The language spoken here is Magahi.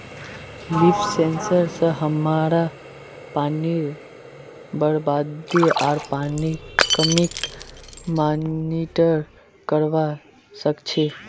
लीफ सेंसर स हमरा पानीर बरबादी आर पानीर कमीक मॉनिटर करवा सक छी